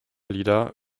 lieder